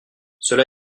cela